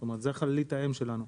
זאת אומרת זה חללית האם שלנו.